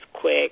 quick